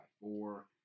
four